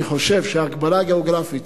אני חושב שההגבלה הגיאוגרפית,